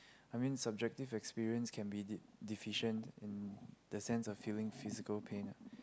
I mean subjective experience can be de~ deficient in the sense of feeling physical pain ah